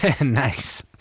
Nice